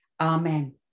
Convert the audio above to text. Amen